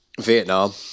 vietnam